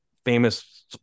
famous